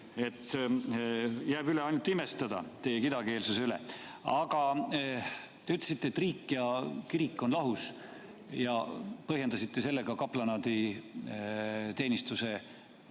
Jääb üle ainult imestada teie kidakeelsuse üle. Aga te ütlesite, et riik ja kirik on lahus, ja põhjendasite sellega kaplanaaditeenistuse koondamist